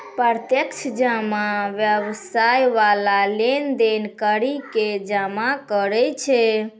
प्रत्यक्ष जमा व्यवसाय बाला लेन देन करि के जमा करै छै